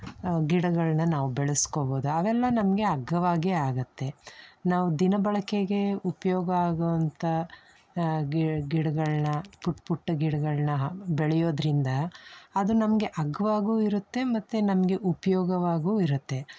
ಗಿಡಗಳನ್ನ ನಾವು ಬೆಳೆಸ್ಕೋಬೋದು ಅವೆಲ್ಲ ನಮಗೆ ಅಗ್ಗವಾಗೇ ಆಗುತ್ತೆ ನಾವು ದಿನಬಳಕೆಗೆ ಉಪಯೋಗ ಆಗುವಂಥ ಗಿ ಗಿಡಗಳನ್ನ ಪುಟ್ಟ ಪುಟ್ಟ ಗಿಡಗಳನ್ನ ಹಾ ಬೆಳೆಯೋದ್ರಿಂದ ಅದು ನಮಗೆ ಅಗ್ಗವಾಗೂ ಇರುತ್ತೆ ಮತ್ತು ನಮಗೆ ಉಪಯೋಗವಾಗೂ ಇರುತ್ತೆ